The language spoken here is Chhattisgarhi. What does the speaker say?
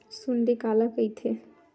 सुंडी काला कइथे?